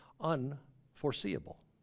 unforeseeable